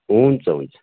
हुन्छ हुन्छ